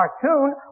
cartoon